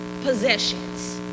possessions